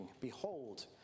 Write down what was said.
behold